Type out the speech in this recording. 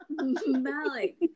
Malik